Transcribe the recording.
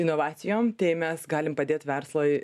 inovacijom tai mes galim padėt verslui